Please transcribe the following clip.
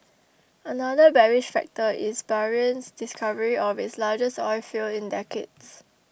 another bearish factor is Bahrain's discovery of its largest oilfield in decades